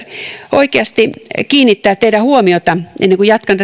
oikeasti kiinnittää teidän huomionne ennen kuin jatkan